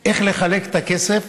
איך לחלק את הכסף,